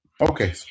okay